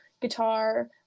guitar